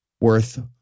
worth